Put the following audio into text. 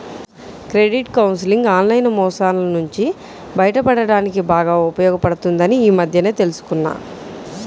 credit counselling online మోసాల నుంచి బయటపడడానికి బాగా ఉపయోగపడుతుందని ఈ మధ్యనే తెల్సుకున్నా